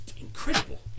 incredible